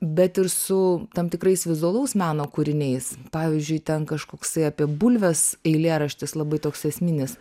bet ir su tam tikrais vizualaus meno kūriniais pavyzdžiui ten kažkoksai apie bulves eilėraštis labai toks esminis